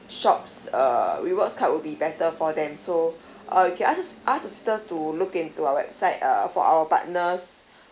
shops uh rewards card would be better for them so uh you can ask your sis~ ask your sister to look into our website uh for our partners